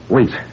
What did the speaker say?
Wait